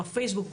בפייסבוק,